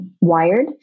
wired